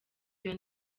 iyo